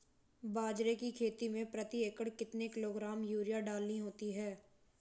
बाजरे की खेती में प्रति एकड़ कितने किलोग्राम यूरिया डालनी होती है?